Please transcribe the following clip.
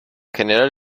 general